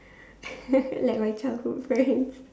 like my childhood friend